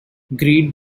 greet